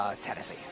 Tennessee